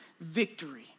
victory